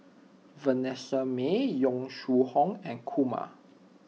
Vanessa Mae Yong Shu Hoong and Kumar